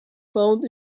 found